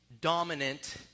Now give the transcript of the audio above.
dominant